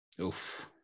Oof